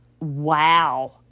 Wow